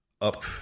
up